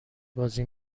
بازی